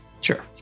sure